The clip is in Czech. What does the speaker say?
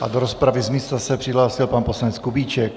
Do rozpravy z místa se přihlásil pan poslanec Kubíček.